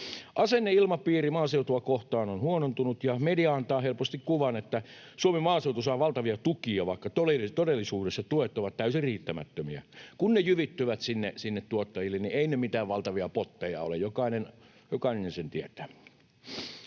Asenneilmapiiri maaseutua kohtaan on huonontunut, ja media antaa helposti kuvan, että Suomen maaseutu saa valtavia tukia, vaikka todellisuudessa tuet ovat täysin riittämättömiä. Kun ne jyvittyvät sinne tuottajille, niin eivät ne mitään valtavia potteja ole, jokainen sen tietää.